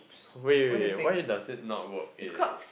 wait wait wait why does it not work in